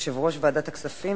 יושב-ראש ועדת הכספים.